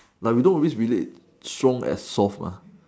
like we don't always relate strong as soft ah